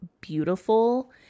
beautiful